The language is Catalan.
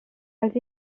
als